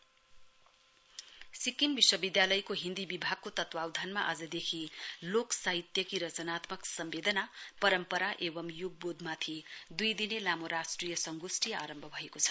seminar on Hindi Sikkim विश्वविधालयको हिन्दी विभागको तत्वावधानमा आजदेखि लोक साहित्यकी रचनात्मक सम्वेदना परम्परा एवं युगवोधमाथि दुई दिने लामो राष्ट्रिय संगोष्ठी आरम्भ भएको छ